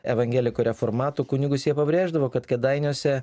evangelikų reformatų kunigus jie pabrėždavo kad kėdainiuose